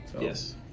Yes